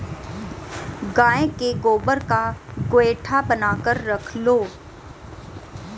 गाय के गोबर का गोएठा बनाकर रख लो